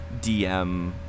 dm